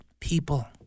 people